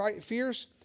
fierce